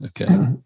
Okay